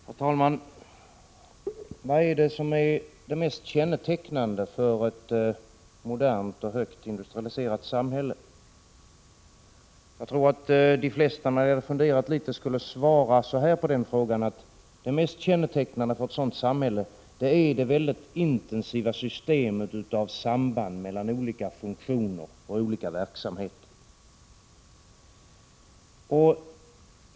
Herr talman! Vad är det som är det mest kännetecknande för ett modernt och högt industrialiserat samhälle? Jag tror att de flesta när de funderat litet skulle svara så här på den frågan: Det mest kännetecknande för ett sådant samhälle är det mycket intensiva systemet av samband mellan olika funktioner och olika verksamheter.